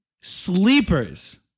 sleepers